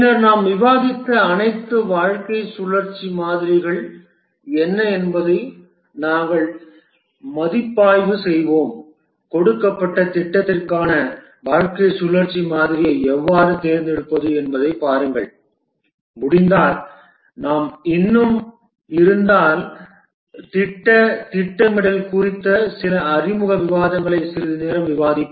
பின்னர் நாம் விவாதித்த அனைத்து வாழ்க்கை சுழற்சி மாதிரிகள் என்ன என்பதை நாங்கள் மதிப்பாய்வு செய்வோம் கொடுக்கப்பட்ட திட்டத்திற்கான வாழ்க்கை சுழற்சி மாதிரியை எவ்வாறு தேர்ந்தெடுப்பது என்பதைப் பாருங்கள் முடிந்தால் நாம் இன்னும் இருந்தால் திட்ட திட்டமிடல் குறித்த சில அறிமுக விவாதங்களை சிறிது நேரம் விவாதிக்கும்